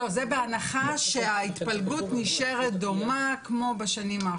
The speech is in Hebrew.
זה בהנחה שההתפלגות נשארת דומה כמו בשנים האחרונות.